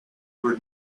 her